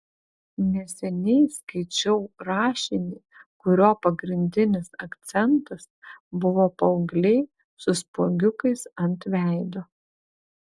neseniai skaičiau rašinį kurio pagrindinis akcentas buvo paaugliai su spuogiukais ant veido